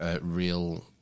real